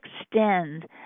extend